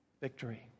victory